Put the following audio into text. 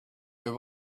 have